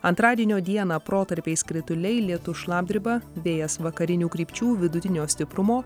antradienio dieną protarpiais krituliai lietus šlapdriba vėjas vakarinių krypčių vidutinio stiprumo